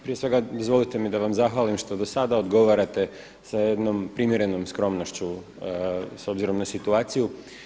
Prije svega, dozvolite mi da vam zahvalim što do sada odgovarate sa jednom primjerenom skromnošću s obzirom na situaciju.